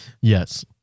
Yes